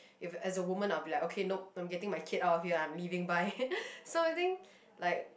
if as a woman I'll be like okay nope I'm getting my kid out of here I'm leaving bye so I think like